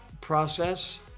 process